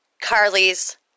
Carly's